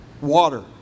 water